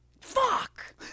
Fuck